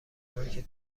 کمک